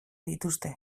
dituzte